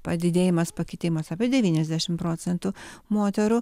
padidėjimas pakitimas apie devyniasdešimt procentų moterų